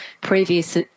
previous